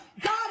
God